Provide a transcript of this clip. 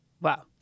Wow